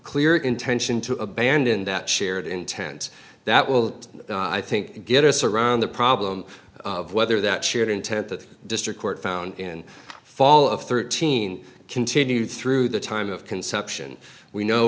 clear intention to abandon that shared intent that will i think get us around the problem of whether that should intent the district court found in fall of thirteen continue through the time of conception we know